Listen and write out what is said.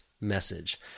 message